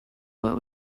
what